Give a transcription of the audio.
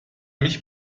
mich